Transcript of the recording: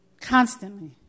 Constantly